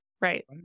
Right